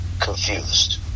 confused